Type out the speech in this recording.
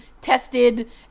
tested